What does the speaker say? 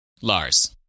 Lars